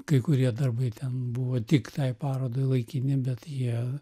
kai kurie darbai ten buvo tik tai parodai laikini bet jie